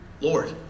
Lord